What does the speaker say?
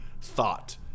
thought